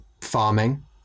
farming